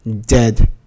dead